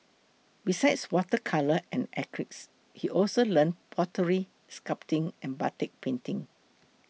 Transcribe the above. besides water colour and acrylics he also learnt pottery sculpting and batik painting